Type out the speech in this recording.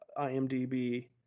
IMDB